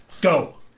Go